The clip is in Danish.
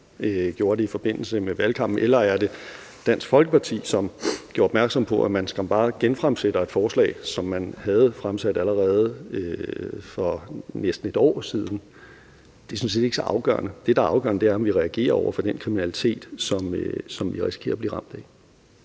på det i forbindelse med valgkampen, eller er det Dansk Folkeparti, som gjorde opmærksom på det, ved at man skam bare genfremsatte et forslag, som man allerede havde fremsat for næsten et år siden? Det er sådan set ikke så afgørende. Det, der er afgørende, er, om vi reagerer over for den kriminalitet, som vi risikerer at blive ramt af.